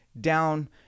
down